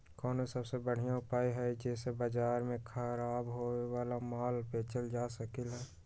कोन सबसे बढ़िया उपाय हई जे से बाजार में खराब होये वाला माल बेचल जा सकली ह?